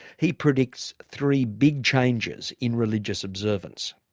he predicts three big changes in religious observance.